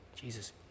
Jesus